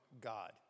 God